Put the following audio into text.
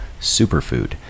superfood